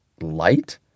light